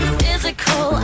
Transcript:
physical